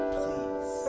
please